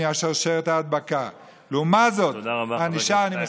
תודה רבה.